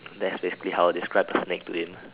that's basically how I describe a snake to him